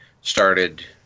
started